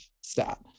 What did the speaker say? stat